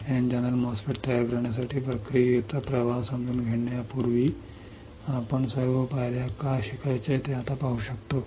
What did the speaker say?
N channel MOSFET तयार करण्यासाठी प्रक्रियेचा प्रवाह समजून घेण्यापूर्वी आपण सर्व पायऱ्या का शिकायच्या ते आता पाहू शकतो